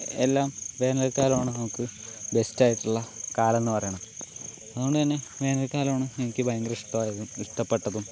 എല്ലാം വേനൽക്കാലമാണ് നമുക്ക് ബെസ്ഡ് ആയിട്ടുള്ള കാലം എന്നുപറയണത് അതുകൊണ്ട് തന്നെ വേനൽ കാലം ആണ് എനിക്ക് ഭയങ്കര ഇഷ്ടാമായതും ഇഷ്ടപ്പെട്ടതും